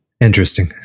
interesting